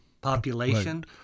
population